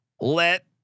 let